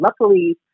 luckily